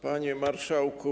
Panie Marszałku!